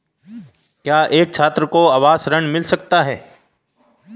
क्या एक छात्र को आवास ऋण मिल सकता है?